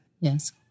Yes